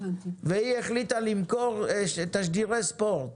נניח שהיא החליטה למכור תשדירי ספורט